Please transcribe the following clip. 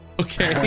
Okay